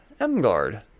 Emgard